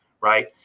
Right